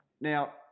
Now